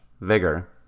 vigor